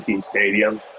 Stadium